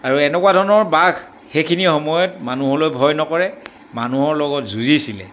আৰু এনেকুৱা ধৰণৰ বাঘ সেইখিনি সময়ত মানুহলৈ ভয় নকৰে মানুহৰ লগত যুঁজিছিলে